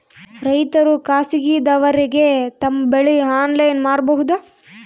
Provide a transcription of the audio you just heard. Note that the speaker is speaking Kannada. ರೈತರು ಖಾಸಗಿದವರಗೆ ತಮ್ಮ ಬೆಳಿ ಆನ್ಲೈನ್ ಮಾರಬಹುದು?